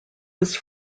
was